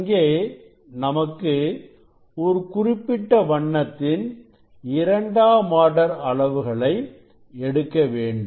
அங்கே நமக்கு ஒரு குறிப்பிட்ட வண்ணத்தின் இரண்டாம் ஆர்டர் அளவுகளை எடுக்க வேண்டும்